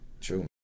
true